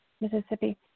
Mississippi